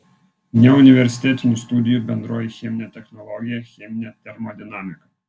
neuniversitetinių studijų bendroji cheminė technologija cheminė termodinamika